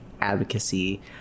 advocacy